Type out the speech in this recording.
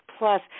Plus